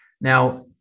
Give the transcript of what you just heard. Now